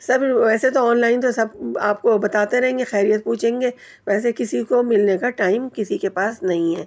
سب ویسے تو online سب آپ كو بتاتے رہیں گے خیریت پوچھیں گے ویسے کسی کو ملنے کا ٹائم کسی کے پاس نہیں ہے